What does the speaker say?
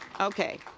okay